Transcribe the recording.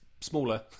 smaller